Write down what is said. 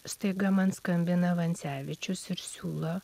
staiga man skambina vancevičius ir siūlo